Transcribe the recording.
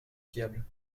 fiable